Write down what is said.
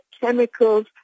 chemicals